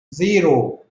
zero